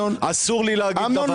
אסור לי להגיד דבר כזה.